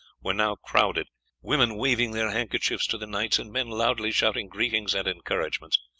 were now crowded women waving their handkerchiefs to the knights, and men loudly shouting greetings and encouragements.